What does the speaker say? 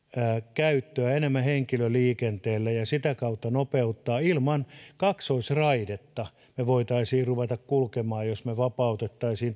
käyttöä enemmän henkilöliikenteelle ja sitä kautta nopeuttaisimme ilman kaksoisraidetta me voisimme ruveta kulkemaan jos me vapauttaisimme